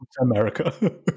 America